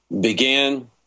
began